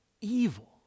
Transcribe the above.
evil